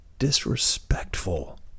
Disrespectful